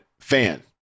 fan